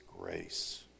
grace